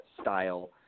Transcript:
style